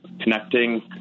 connecting